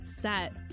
set